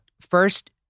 First